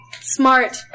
Smart